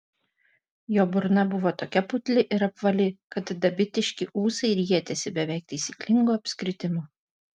jo burna buvo tokia putli ir apvali kad dabitiški ūsai rietėsi beveik taisyklingu apskritimu